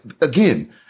Again